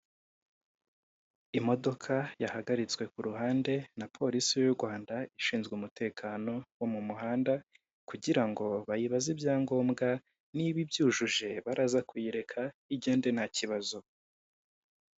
Imodoka yahagaritswe ku ruhande na polisi y'u Rwanda ishinzwe umutekano wo mu muhanda kugira ngo bayibaze ibyangombwa niba ibyujuje baraza kuyireka igende nta kibazo.